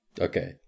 Okay